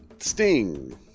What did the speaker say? sting